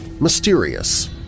mysterious